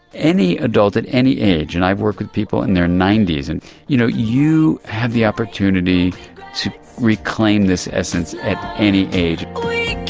any adult at any age, and i've worked with people in their ninety s and you know you have the opportunity to reclaim this essence at any age.